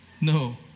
No